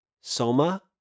Soma